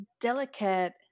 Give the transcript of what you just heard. Delicate